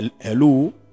Hello